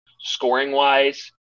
scoring-wise